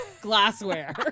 glassware